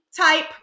type